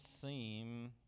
seem